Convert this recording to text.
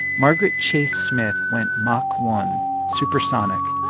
margaret chase smith went mach one supersonic.